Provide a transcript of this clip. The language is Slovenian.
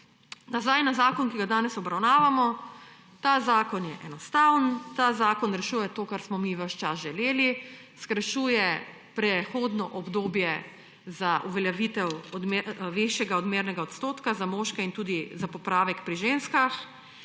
nazaj na zakon, ki ga danes obravnavamo, ta zakon je enostaven, ta zakon rešuje to, kar smo mi ves čas želeli, skrajšuje prehodno obdobje za uveljavitev višjega odmernega odstotka za moške in tudi za popravek pri ženskah.